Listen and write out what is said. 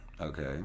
Okay